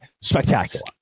spectacular